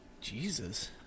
Jesus